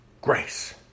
grace